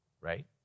Right